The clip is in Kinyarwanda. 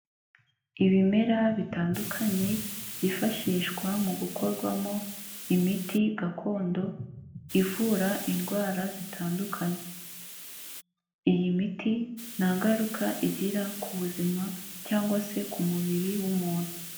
Ibimera bitandukanye byifashishwa mu gukorwamo imiti gakondo, ivura indwara zitandukanye, iyi miti nta ngaruka igira ku buzima cyangwa se ku mubiri w'umuntu.